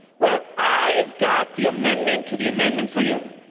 well i have got the amendment to the amendment for you.